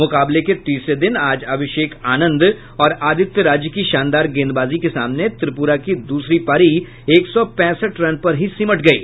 मुकाबले के तीसरे दिन आज अभिषेक आनंद और आदित्य राज की शानदार गेंदबाजी के सामने त्रिपुरा की दूसरी पारी एक सौ पैंसठ रन पर ही सिमट गयी